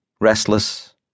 restless